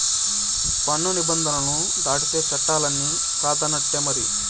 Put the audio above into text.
పన్ను నిబంధనలు దాటితే చట్టాలన్ని కాదన్నట్టే మరి